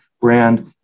brand